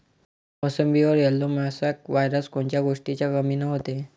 मोसंबीवर yellow mosaic virus कोन्या गोष्टीच्या कमीनं होते?